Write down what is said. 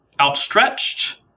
outstretched